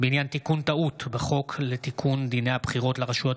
בעניין תיקון טעות בחוק לתיקון דיני הבחירות לרשויות